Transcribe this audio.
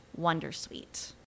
wondersuite